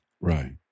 Right